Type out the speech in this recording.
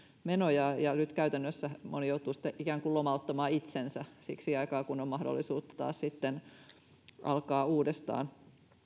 menoja ja nyt käytännössä moni joutuu sitten ikään kuin lomauttamaan itsensä siksi aikaa kunnes on mahdollisuutta taas alkaa uudestaan